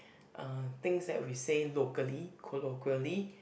uh things that we say locally colloquially